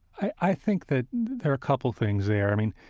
i i think that there are a couple things there. i mean,